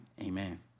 Amen